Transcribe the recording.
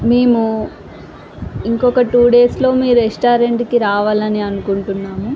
మేము ఇంకొక టూ డేస్లో మీ రెస్టారెంట్కి రావాలని అనుకుంటున్నాము